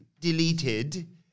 deleted